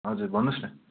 हजुर भन्नु होस् न